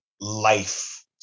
life